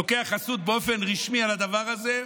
באופן רשמי על הדבר הזה,